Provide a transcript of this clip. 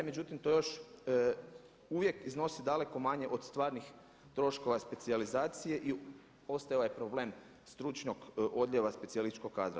Međutim, to još uvijek iznosi daleko manje od stvarnih troškova specijalizacije i ostaje ovaj problem stručnog odljeva specijalističkog kadra.